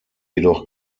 jedoch